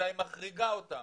אלא היא מחריגה אותם.